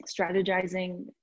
strategizing